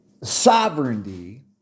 Sovereignty